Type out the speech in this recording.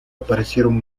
aparecieron